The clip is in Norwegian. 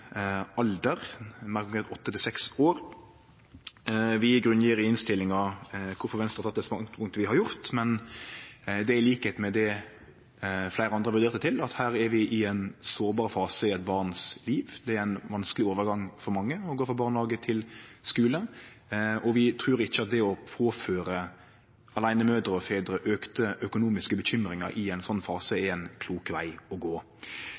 alder – å endre frå åtte år til seks år. Vi grunngjev i innstillinga kvifor Venstre har teke det standpunktet som vi har gjort, og det er – i likskap med det fleire andre har vurdert det til – at her er vi i ein sårbar fase i eit barns liv. Det er ein vanskeleg overgang for mange å gå frå barnehage til skule, og vi trur ikkje at det å påføre aleinemødrer og -fedrar auka økonomiske bekymringar i ein slik fase er ein klok veg å gå.